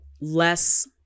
less